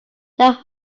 that